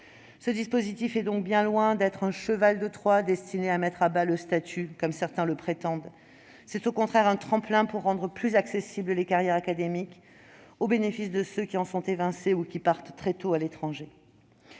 Ce dispositif est donc bien loin d'être un cheval de Troie destiné à mettre à bas le statut, comme certains le prétendent. C'est au contraire un tremplin pour rendre plus accessibles les carrières académiques, au bénéfice de ceux qui en sont évincés ou qui partent très tôt à l'étranger.